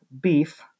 beef